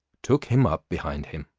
took him up behind him.